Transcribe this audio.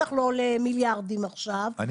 שבטח לא עולה עכשיו מיליארדים --- אכן,